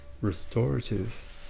restorative